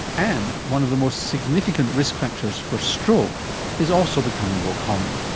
and one of the most significant risk factors for stroke is also becoming more common.